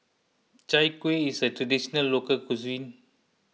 Chai Kueh is a Traditional Local Cuisine